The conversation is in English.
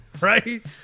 Right